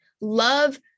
Love